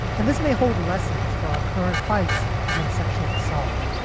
and this may hold lessons for our current fights against sexual assault.